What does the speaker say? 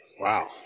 Wow